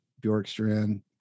Bjorkstrand